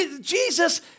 Jesus